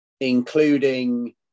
including